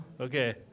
Okay